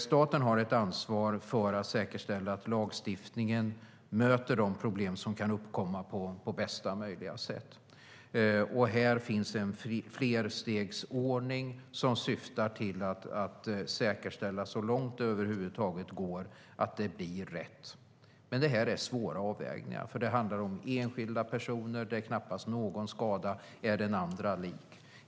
Staten har ansvar för att säkerställa att lagstiftningen möter de problem som kan uppkomma på bästa möjliga sätt. Här finns en flerstegsordning som syftar till att säkerställa att det blir rätt så långt det över huvud taget går. Men det är svåra avvägningar. Det handlar om enskilda personer, och knappast någon skada är den andra lik.